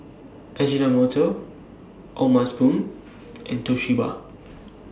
Ajinomoto O'ma Spoon and Toshiba